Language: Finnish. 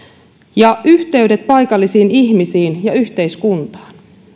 ja yhteydet paikallisiin ihmisiin ja yhteiskuntaan